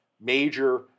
major